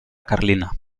carlina